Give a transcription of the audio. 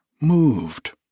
moved